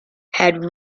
had